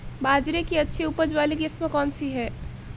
बाजरे की अच्छी उपज वाली किस्म कौनसी है?